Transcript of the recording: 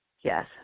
Yes